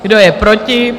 Kdo je proti?